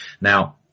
Now